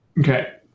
Okay